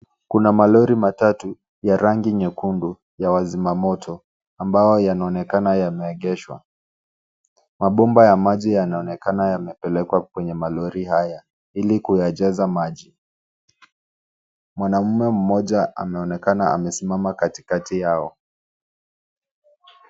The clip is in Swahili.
Kuna malori matatu ya rangi nyekundu ya wazima moto, ambayo yanaonekana yameegeshwa. Mabomba ya maji yanaonekana yamepelekwa kwenye malori haya ili kuyajaza maji. Mwanamume mmoja ameonekana amesimama katikati yao.